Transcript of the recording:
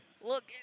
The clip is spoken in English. Look